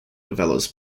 novellas